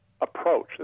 approach